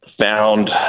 found